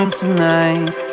tonight